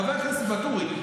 חבר הכנסת ואטורי,